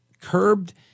curbed